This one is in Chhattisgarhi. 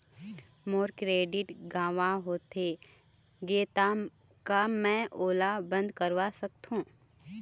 मोर क्रेडिट गंवा होथे गे ता का मैं ओला बंद करवा सकथों?